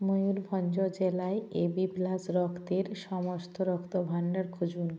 ময়ূরভঞ্জ জেলায় AB plus রক্তের সমস্ত রক্ত ভাণ্ডার খুঁজুন